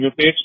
mutates